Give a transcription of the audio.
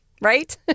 right